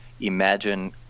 imagine